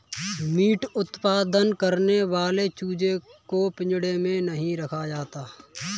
meet उत्पादन करने वाले चूजे को पिंजड़े में नहीं रखा जाता